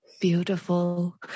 beautiful